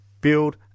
build